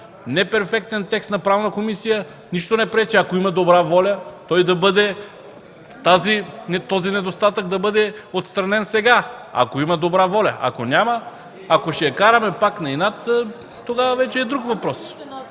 неперфектен текст на Правната комисия, нищо не пречи, ако има добра воля, този недостатък да бъде отстранен сега. Ако има добра воля. Ако няма, ако ще я караме пак на инат, тогава вече е друг въпрос.